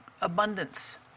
abundance